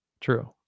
True